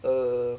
err